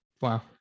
wow